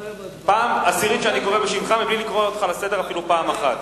פעם עשירית שאני קורא בשמך בלי לקרוא אותך לסדר אפילו פעם אחת.